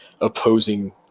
opposing